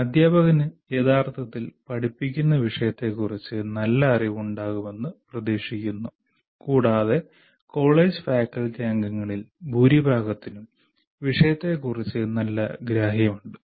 അധ്യാപകന് യഥാർത്ഥത്തിൽ പഠിപ്പിക്കുന്ന വിഷയത്തെക്കുറിച്ച് നല്ല അറിവുണ്ടാകുമെന്ന് പ്രതീക്ഷിക്കുന്നു കൂടാതെ കോളേജ് ഫാക്കൽറ്റി അംഗങ്ങളിൽ ഭൂരിഭാഗത്തിനും വിഷയത്തെക്കുറിച്ച് നല്ല ഗ്രാഹ്യമുണ്ട്